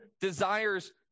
desires